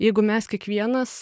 jeigu mes kiekvienas